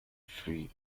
free